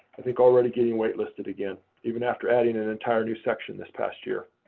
i think, already getting waitlisted again, even after adding an entire new section this past year.